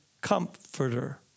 comforter